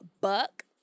buck